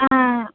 ஆ